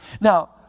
Now